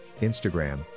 Instagram